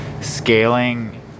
scaling